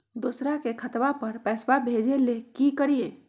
दोसर के खतवा पर पैसवा भेजे ले कि करिए?